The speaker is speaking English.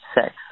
sex